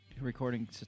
recording